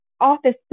office